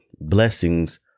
blessings